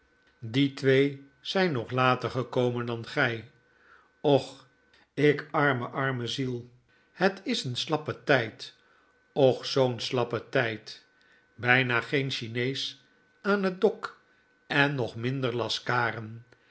die twee zyn nog later gekomen dan gij och ik arme arme ziel het is een slappe tjjd och zoo'n slappe tjd bijna geen chinees aan het dpk en nog minder laskaren